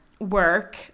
work